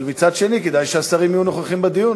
נגמר.